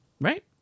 Right